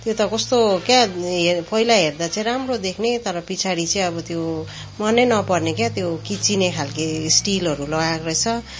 त्यो त कस्तो क्या पहिला हेर्दा चाहिँ राम्रो देख्ने तर पछाडि चाहिँ अब त्यो मनै नपर्ने क्या त्यो किच्चिने खालके स्टिलहरू लगाएको रहेछ